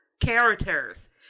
characters